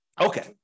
Okay